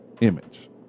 image